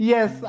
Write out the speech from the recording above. Yes